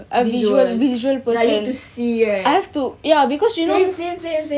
visual like need to see right same same same same